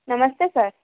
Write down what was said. नमस्ते सर